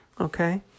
okay